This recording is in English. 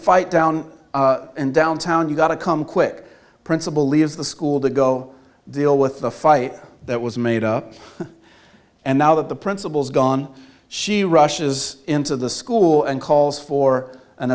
fight down and down town you got to come quick principal leaves the school to go deal with the fight that was made up and now that the principal's gone she rushes into the school and calls for an